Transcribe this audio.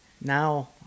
Now